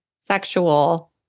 sexual